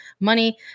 money